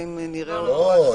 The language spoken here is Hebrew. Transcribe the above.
לא.